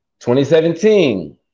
2017